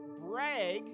brag